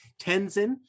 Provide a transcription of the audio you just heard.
Tenzin